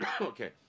Okay